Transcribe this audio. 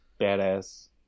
badass